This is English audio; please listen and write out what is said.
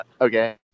Okay